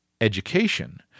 education